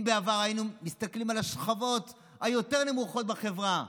אם בעבר היינו מסתכלים על השכבות היותר-נמוכות בחברה,